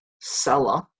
seller